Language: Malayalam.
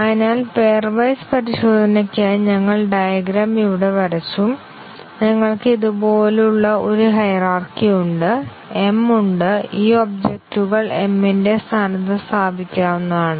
അതിനാൽ പെയർ വൈസ് പരിശോധനയ്ക്കായി ഞങ്ങൾ ഡയഗ്രം ഇവിടെ വരച്ചു ഞങ്ങൾക്ക് ഇതുപോലുള്ള ഒരു ഹയിരാർക്കി ഉണ്ട് m ഉണ്ട് ഈ ഒബ്ജക്റ്റ്കൾ m ന്റെ സ്ഥാനത്ത് സ്ഥാപിക്കാവുന്നതാണ്